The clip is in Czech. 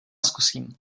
zkusím